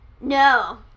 No